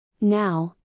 Now